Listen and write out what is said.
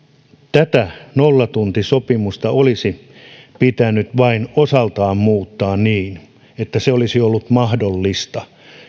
tätä nollatuntisopimusta olisi pitänyt vain osaltaan muuttaa niin että se olisi ollut mahdollista